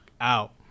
out